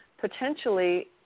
potentially